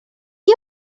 you